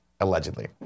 Allegedly